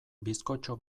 bizkotxo